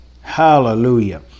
Hallelujah